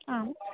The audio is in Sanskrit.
आम्